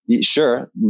Sure